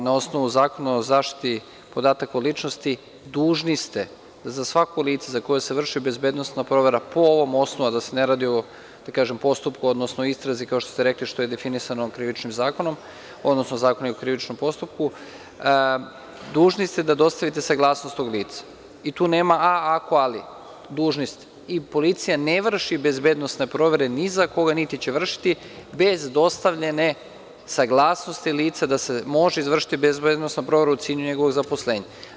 Na osnovu Zakona o zaštiti podataka o ličnosti, dužni ste za svako lice za koje se vrši bezbednosna provera po ovom osnovu, a da se ne radi o postupku, odnosno istrazi, kao što ste rekli, što je definisano Krivičnom zakonom, odnosno Zakonom o krivičnom postupku, dužni ste da dostavite saglasnost tog lica i tu nema, a, ako, ali, dužni ste, i policija ne vrši bezbednosne provere ni za koga, niti će vršiti, bez dostavljene saglasnosti lica da se može izvršiti bezbednosna provera u cilju njegovog zaposlenja.